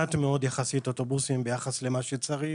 במעט מאוד אוטובוסים יחסית למה שצריך,